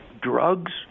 Drugs